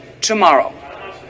tomorrow